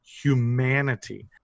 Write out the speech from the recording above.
humanity